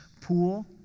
pool